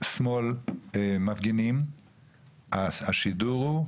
שמאל מפגינים אז משדרים שהיתה